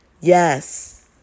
yes